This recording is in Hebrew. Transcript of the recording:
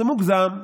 זה מוגזם,